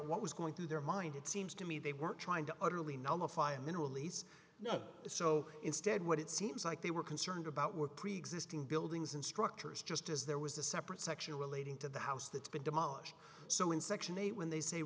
what was going through their mind it seems to me they weren't trying to utterly nullify a mineral lease no so instead what it seems like they were concerned about were preexisting buildings and structures just as there was a separate section relating to the house that's been demolished so in section eight when